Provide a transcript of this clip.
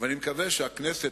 ואני מקווה שהכנסת,